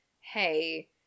hey